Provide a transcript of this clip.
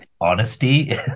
honesty